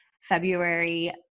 February